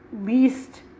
least